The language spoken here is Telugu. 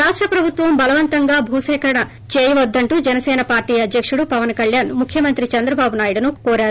రాష్ట ప్రభుత్వం బలవంతంగా భూసేకరణ చేయవద్దంటూ జనసేన పార్టీ అధ్యకుడు పవన్ కల్యాణ్ ముఖ్యమంత్రి చంద్రబాబును కోరారు